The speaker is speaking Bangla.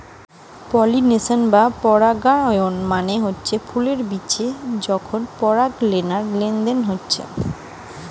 পলিনেশন বা পরাগায়ন মানে হচ্ছে ফুলের বিচে যখন পরাগলেনার লেনদেন হচ্ছে